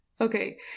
Okay